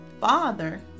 father